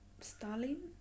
Stalin